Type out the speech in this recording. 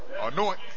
anoint